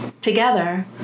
together